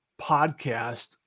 podcast